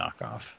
knockoff